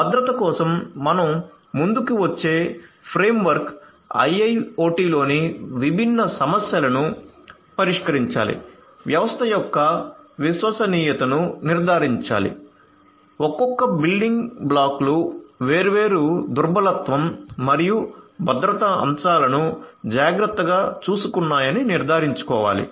భద్రత కోసం మనం ముందుకు వచ్చే ఫ్రేమ్వర్క్ IIoT లోని విభిన్న సమస్యలను పరిష్కరించాలి వ్యవస్థ యొక్క విశ్వసనీయతను నిర్ధారించాలి ఒక్కొక్క బిల్డింగ్ బ్లాక్లు వేర్వేరు దుర్బలత్వం మరియు భద్రతా అంశాలను జాగ్రత్తగా చూసుకున్నాయని నిర్ధారించుకోవాలి